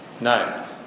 No